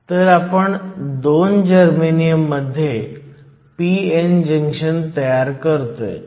तर आपण 2 जर्मेनियम मध्ये p n जंक्शन तयार करतोय